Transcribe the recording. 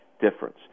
difference